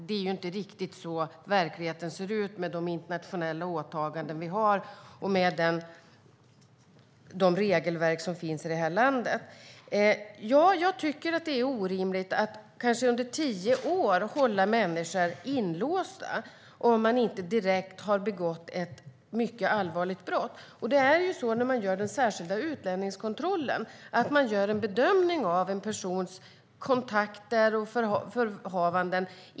Det är ju inte riktigt så verkligheten ser ut med de internationella åtaganden vi har och med de regelverk vi har här i landet. Jag tycker att det är orimligt att kanske under tio år hålla människor inlåsta om de inte har begått ett mycket allvarligt brott. När man gör den särskilda utlänningskontrollen gör man en bedömning av en persons kontakter och förehavanden.